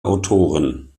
autoren